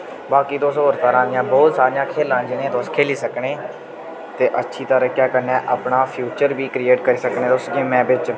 बाकी तुस होर तरह दियां बोह्त सारियां खेलां न जि'नेंगी तुस खेली सकने ते अच्छी तरीके कन्नै अपना फ्यूचर बी क्रिएट करी सकने उस गेमे बिच्च